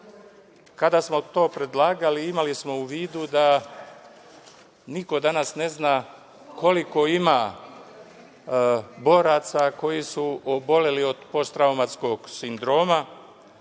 Kada smo to predlagali imali smo u vidu da niko danas ne zna koliko ima boraca koji su oboleli od posttraumatskog sindroma,